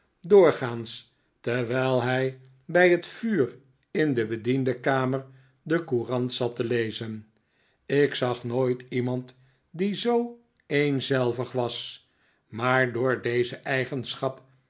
doorgaans terwijl hij bij het vuur in de bediendenkamer de courant zat te lezen ik zag nooit iemand die zoo eenzelvig was maar door deze eigenschap